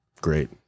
Great